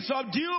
subdue